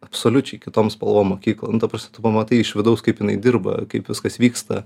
absoliučiai kitom spalvom mokyklą nu ta prasme tu pamatai iš vidaus kaip jinai dirba kaip viskas vyksta